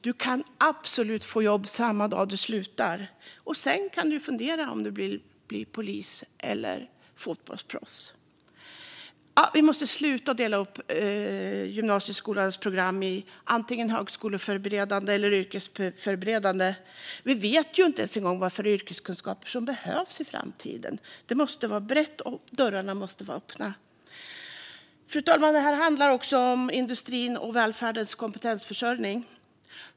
Man kan absolut få jobb samma dag som man slutar, och sedan kan man fundera på om man vill bli polis eller fotbollsproffs. Vi måste sluta att dela upp gymnasieskolans program i antingen högskoleförberedande eller yrkesförberedande. Vi vet ju inte ens vilka yrkeskunskaper som behövs i framtiden. Det måste vara brett, och dörrarna måste vara öppna. Fru talman! Det här handlar också om industrins och välfärdens kompetensförsörjning.